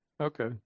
Okay